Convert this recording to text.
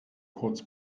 kurz